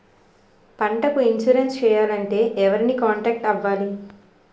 పంటకు ఇన్సురెన్స్ చేయాలంటే ఎవరిని కాంటాక్ట్ అవ్వాలి?